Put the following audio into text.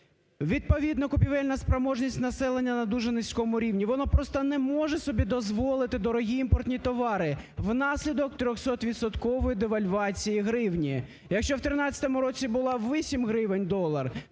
відповідно купівельна спроможність населення на дуже низькому рівні, воно просто не може собі дозволити дорогі імпортні товари внаслідок 300-відсоткової девальвації гривні. Якщо в 2013 році був 8 гривень долар,